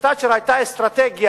שלתאצ'ר היתה אסטרטגיה